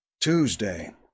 Tuesday